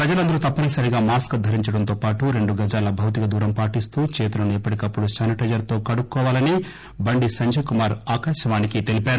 ప్రజలందరూ తప్పని సరిగా మాస్క్ ధరించడం తో పాటు రెండు గజాల భౌతిక దూరం పాటిస్తూ చేతులను ఎప్పటికప్పుడు శానిటైజర్ తో కడుక్కోవాలీ అని బండి సంజయ్ కుమార్ ఆకాశవాణికి తెలిపారు